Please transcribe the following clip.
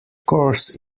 course